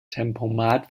tempomat